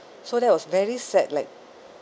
so that was very sad like